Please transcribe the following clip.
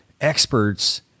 experts